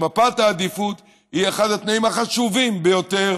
מפת העדיפות היא אחד התנאים החשובים ביותר